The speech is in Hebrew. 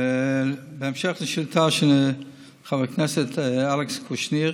בהמשך לשאילתה של חבר הכנסת אלכס קושניר,